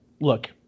look